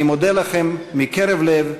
אני מודה לכם מקרב לב,